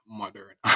modern